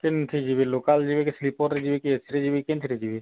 କେମିତି ଯିବେ ଲୋକାଲ୍ରେ ଯିବେ କି ସ୍ଲିପର୍ରେ ଯିବେ କି ଏସିରେ ଯିବେ କି କେଉଁଥିରେ ଯିବେ